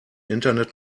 internet